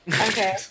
Okay